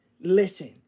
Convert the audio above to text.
listen